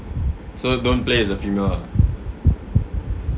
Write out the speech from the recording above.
so don't play as a female